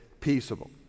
peaceable